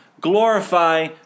Glorify